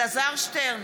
אלעזר שטרן,